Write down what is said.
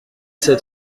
sept